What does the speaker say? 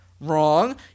Wrong